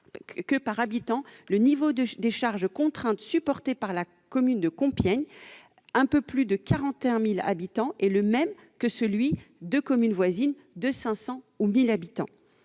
que, par habitant, le niveau des charges contraintes supportées par la commune de Compiègne, soit un peu plus de 41 000 habitants, est le même que celui de communes voisines de 500 ou de 1 000 habitants